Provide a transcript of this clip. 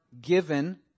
given